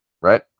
Right